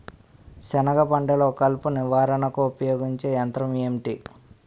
సెనగ పంటలో కలుపు నివారణకు ఉపయోగించే యంత్రం ఏంటి?